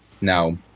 No